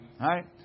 Right